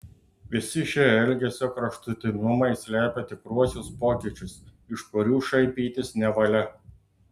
visi šie elgesio kraštutinumai slepia tikruosius pokyčius iš kurių šaipytis nevalia